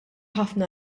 ħafna